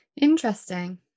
Interesting